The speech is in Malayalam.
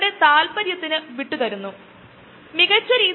നമുക്ക് ഈ ഫയൽ ഡൌൺലോഡ് ചെയ്ത് ഉചിതമായ ലിങ്കിൽ ക്ലിക്കുചെയ്യാം